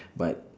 but